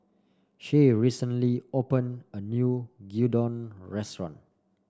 shay recently opened a new Gyudon restaurant